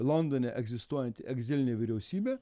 londone egzistuojanti egzilinė vyriausybė